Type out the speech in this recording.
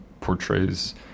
portrays